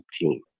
team